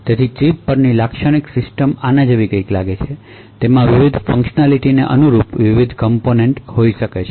તેથી ચિપપરની લાક્ષણિક સિસ્ટમ આના જેવી લાગે છે કે તેમાં વિવિધફંકશનાલિટીને અનુરૂપ વિવિધ કોમ્પોનેંટ હોઈ શકે છે